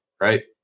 right